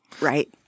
right